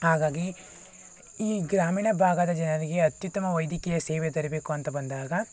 ಹಾಗಾಗಿ ಈ ಗ್ರಾಮೀಣ ಭಾಗದ ಜನರಿಗೆ ಅತ್ಯುತ್ತಮ ವೈದ್ಯಕೀಯ ಸೇವೆ ದೊರಿಬೇಕು ಅಂತ ಬಂದಾಗ